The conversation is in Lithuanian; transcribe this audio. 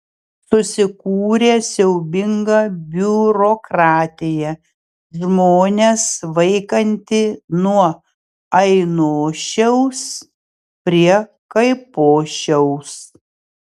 susikūrė siaubinga biurokratija žmones vaikanti nuo ainošiaus prie kaipošiaus